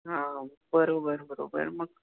हां बरोबर बरोबर मग